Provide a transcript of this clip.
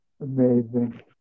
amazing